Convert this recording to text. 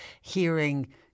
hearing